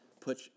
put